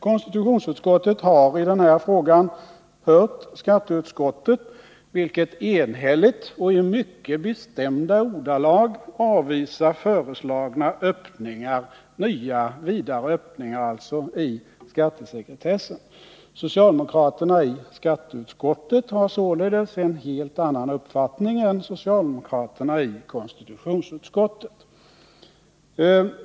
Konstitutionsutskottet har i denna fråga hört skatteutskottet, vilket enhälligt och i mycket bestämda ordalag avvisar förslaget om nya, vidare öppningar i skattesekretessen. Socialdemokraterna i skatteutskottet har således en helt annan uppfattning än socialdemokraterna i konstitutionsutskottet!